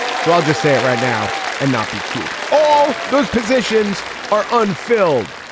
so i'll just say it right now and not be cute. all those positions are unfilled.